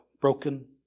broken